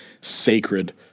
sacred